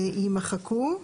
- יימחקו,